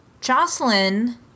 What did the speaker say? Jocelyn